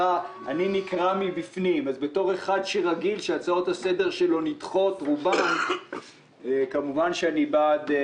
אז בתור אחד שרגיל שהצעות הסדר שלו נדחות כמובן שאני בעד.